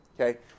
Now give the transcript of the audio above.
Okay